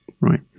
Right